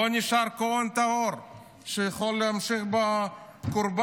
לא נשאר כוהן טהור שיכול להמשיך בקורבן.